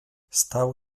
stał